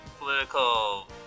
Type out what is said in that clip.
Political